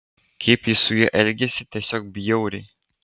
kaip ji su juo elgiasi tiesiog bjauriai